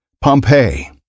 Pompeii